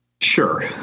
Sure